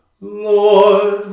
Lord